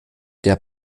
der